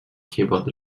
keyboard